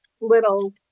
little